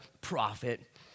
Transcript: prophet